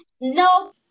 No